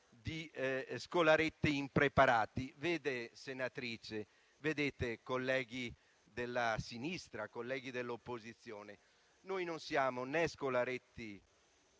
scolaretti impreparati - senatrice, colleghi della sinistra, colleghi dell'opposizione, noi non siamo scolaretti,